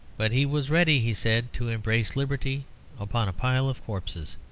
but he was ready, he said, to embrace liberty upon a pile of corpses.